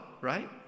Right